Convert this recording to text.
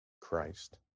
Christ